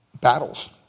battles